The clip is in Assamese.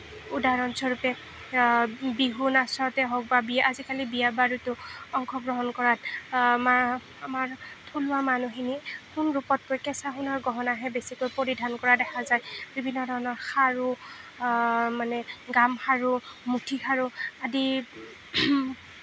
উদাহৰণস্বৰূপে বিহু নাচতে হওক বা বিয়া আজিকালি বিয়া বাৰুতো অংশগ্ৰহণ কৰাত আমাৰ আমাৰ থলুৱা মানুহখিনি সোণ ৰূপতকৈ কেঁচা সোণৰ গহণাহে বেছিকৈ পৰিধান কৰা দেখা যায় বিভিন্ন ধৰণৰ খাৰু মানে গামখাৰু মুঠিখাৰু আদিত